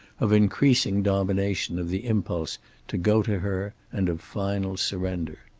of increasing domination of the impulse to go to her, and of final surrender.